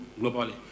globally